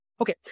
Okay